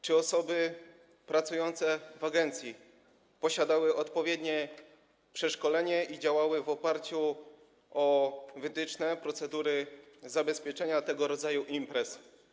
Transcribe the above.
Czy osoby pracujące w agencji posiadały odpowiednie przeszkolenie i działały w oparciu o wytyczne, procedury dotyczące zabezpieczenia tego rodzaju imprez?